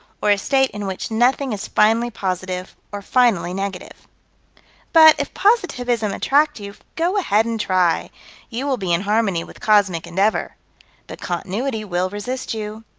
or a state in which nothing is finally positive or finally negative but, if positivism attract you, go ahead and try you will be in harmony with cosmic endeavor but continuity will resist you.